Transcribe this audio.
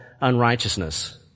unrighteousness